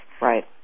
Right